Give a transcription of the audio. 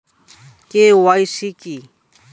KYC কী?